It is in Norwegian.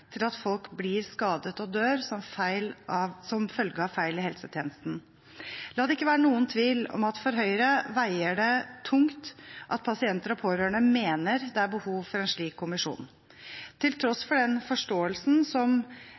til at folk blir skadet og dør som følge av feil i helsetjenesten. La det ikke være noen tvil om at for Høyre veier det tungt at pasienter og pårørende mener det er behov for en slik kommisjon. Til tross for den forståelsen som